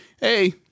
hey